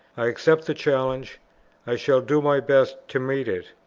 i accept the challenge i shall do my best to meet it,